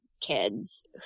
kids